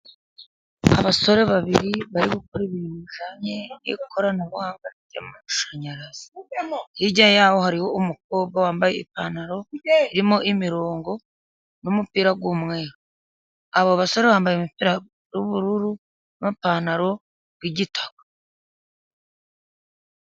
Abasore babiri bari gukora ibintu bijyanye n'ikoranabuhanga ry'amashanyarazi. Hirya yaho hariho umukobwa wambaye ipantaro irimo imirongo n'umupira w'umweru. Aba basore bambaye imipira y'ubururu n'amapantaro y'igitaka.